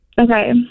okay